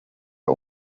ari